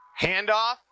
Handoff